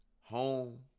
Home